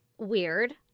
weird